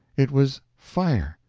it was fire!